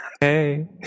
hey